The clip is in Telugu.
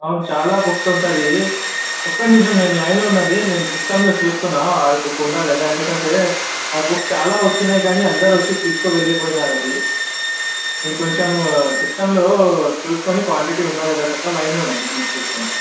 అవును చాలా బుక్స్ ఉంటాయి ఒక్క నిమిషం నేను లైన్లో ఉండండి నేను సిస్టంలో చూస్తున్నాను ఆ బుక్ ఉందా లేదా ఎందుకంటే ఆ బుక్స్ చాలా వచ్చాయయి కానీ అందరు వచ్చి తీసుకువెళ్ళిపోయారది నేను కొంచెము సిస్టంలో చూసుకుని క్వాంటిటీ ఉందా లేదా చెప్తాను లైన్లో ఉండండి నేను చూస్తున్నాను